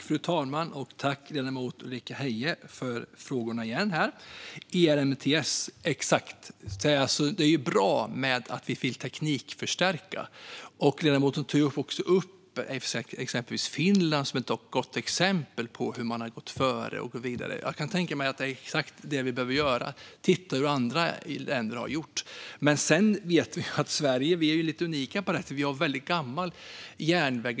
Fru talman! Jag tackar ledamoten Ulrika Heie för frågorna igen. ERTMS, alltså: Det är bra att vi vill teknikförstärka. Ledamoten tog upp Finland som ett gott exempel på hur man har gått före och gått vidare. Jag kan tänka mig att det är exakt det vi behöver göra: titta hur andra länder har gjort. Men vi vet att Sverige är lite unikt för att vi har väldigt gammal järnväg.